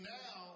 now